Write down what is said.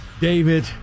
David